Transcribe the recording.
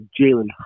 Jalen